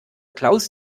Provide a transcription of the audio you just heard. klaus